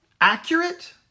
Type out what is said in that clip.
accurate